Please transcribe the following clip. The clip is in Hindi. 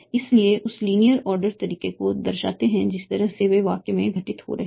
इसलिए ये उस लीनियर आर्डर तरीके को दर्शाते हैं जिस तरह से वे वाक्य में घटित हो रहे हैं